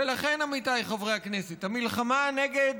ולכן, עמיתיי חברי הכנסת, המלחמה נגד